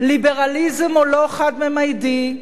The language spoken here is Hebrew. ליברליזם הוא לא חד-ממדי,